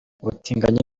ubutinganyi